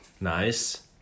nice